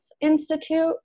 Institute